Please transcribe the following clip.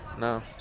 No